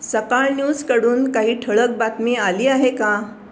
सकाळ न्यूजकडून काही ठळक बातमी आली आहे का